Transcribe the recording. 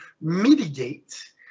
mitigate